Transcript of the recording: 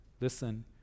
Listen